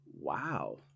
Wow